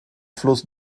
fluss